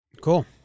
Cool